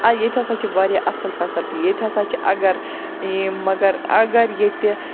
آ ییٚتہِ ہَسا چھِ واریاہ اصٕل فیسَلٹی ییٚتہِ ہَسا چھِ اَگَر یِم اَگَر اَگَر ییٚتہِ